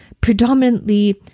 predominantly